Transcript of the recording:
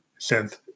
synth